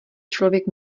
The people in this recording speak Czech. člověk